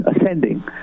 ascending